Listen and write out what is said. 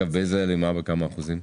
באיזו הלימה וכמה אחוזים?